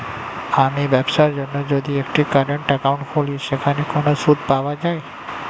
আমি ব্যবসার জন্য যদি একটি কারেন্ট একাউন্ট খুলি সেখানে কোনো সুদ পাওয়া যায়?